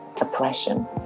oppression